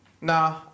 Nah